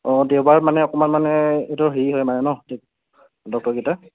অঁ দেওবাৰত মানে অকণমান মানে এইটো হেৰি হয় মানে ন ঠিক ডক্টৰকেইটা